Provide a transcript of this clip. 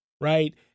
right